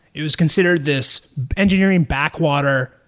it was consider this engineering backwater.